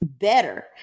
better